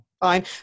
fine